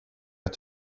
att